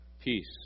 peace